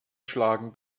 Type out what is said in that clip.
schlagen